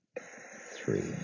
three